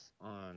on